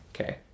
Okay